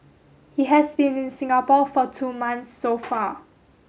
he has been in Singapore for two months so far